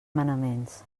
manaments